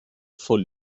for